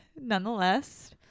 nonetheless